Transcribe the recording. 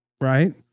Right